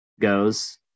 goes